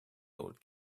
old